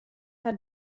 har